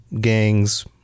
gangs